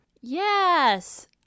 Yes